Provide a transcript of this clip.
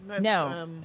No